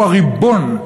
הוא הריבון.